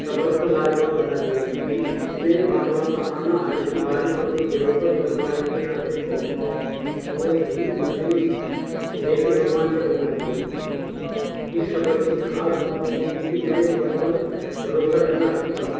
سفر کو لاجواب بنا دیا بیچ بیچ میں بادلوں کا آنا ہلکی بارش اور کچھ جگہوں پر برف باری کے راستے کو اور بھی مشکل لیکن رومانچک بنا دیا اس سفر کی خاص بات یہ تھی کہ میں نے خود پر بھروسہ کرنا سیکھا